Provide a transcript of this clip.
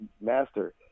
master